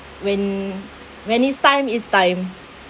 when when it's time it's time